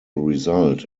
result